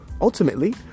ultimately